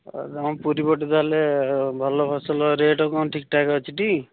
ହଁ ତୁମ ପୁରୀ ପଟେ ତା'ହେଲେ ଭଲ ଫସଲ ରେଟ୍ କ'ଣ ଠିକ୍ ଠାକ୍ ଅଛି ଟି